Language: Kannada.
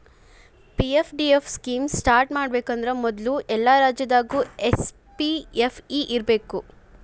ಪಿ.ಎಫ್.ಡಿ.ಎಫ್ ಸ್ಕೇಮ್ ಸ್ಟಾರ್ಟ್ ಮಾಡಬೇಕಂದ್ರ ಮೊದ್ಲು ಎಲ್ಲಾ ರಾಜ್ಯದಾಗು ಎಸ್.ಪಿ.ಎಫ್.ಇ ಇರ್ಬೇಕು